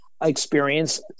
Experience